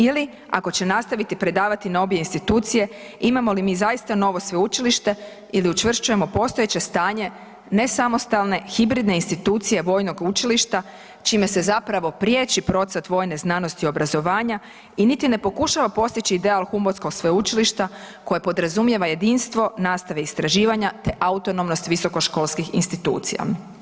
Ili ako će nastaviti predavati na obje institucije imamo li mi zaista novo sveučilište ili učvršćujemo postojeće stanje nesamostalne, hibridne institucije vojnog učilišta čime se zapravo priječi procvat vojne znanosti i obrazovanja i niti ne pokušava postići ideal humboltskog sveučilišta koje podrazumijeva jedinstvo nastave istraživanja te autonomnost visokoškolskih institucija.